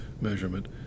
measurement